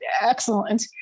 excellent